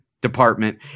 department